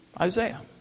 Isaiah